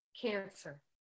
Cancer